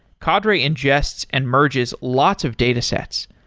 cadre ingests and merges lots of datasets,